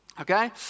Okay